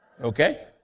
Okay